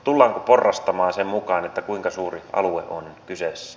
tullaanko porrastamaan sen mukaan kuinka suuri alue on kyseessä